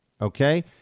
Okay